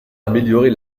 améliorer